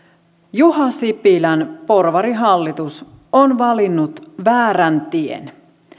juha sipilän porvarihallitus on valinnut väärän tien